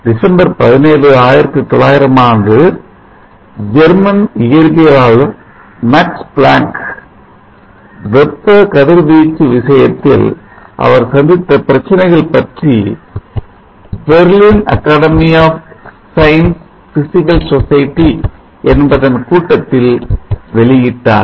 December 17 1900 ஆண்டு German இயற்பியலாளர் Max Planck வெப்ப கதிர் வீச்சு விஷயத்தில் அவர் சந்தித்த பிரச்சனைகள் பற்றி Berlin Academy of Science Physical Society என்பதன் கூட்டத்தில் வெளியிட்டார்